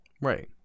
Right